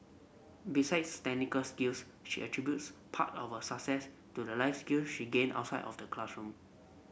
besides technical skills she attributes part of her success to the life skill she gained outside of the classroom